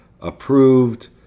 approved